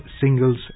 singles